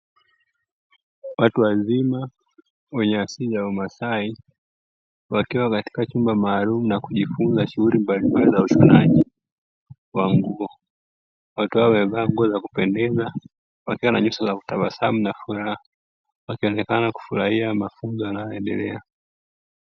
Watu wazima wenye asili ya umasai wakiwa katika chumba maalumu na kujifunza shughuli mbalimbali za ushonaji wa nguo. Watu hawa wamevaa nguo za kupendeza wakiwa na nyuso za kutabasamu na furaha, wakionekana kufurahia mafunzo yanavyoendelea.